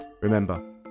Remember